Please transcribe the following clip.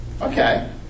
okay